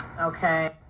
okay